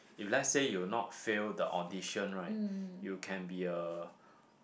if let's say you not fail the audition right you can be a